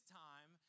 time